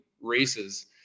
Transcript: races